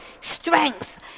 strength